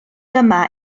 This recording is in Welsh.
dyma